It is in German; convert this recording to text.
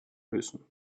lösen